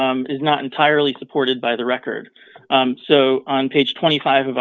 is not entirely supported by the record so on page twenty five